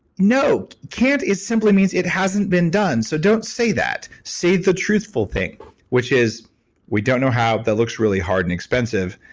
no. can't simply means it hasn't been done. so, don't say that. say the truthful thing which is we don't know how. that looks really hard and expensive.